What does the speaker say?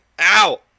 Ow